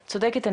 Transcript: את צודקת,